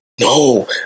No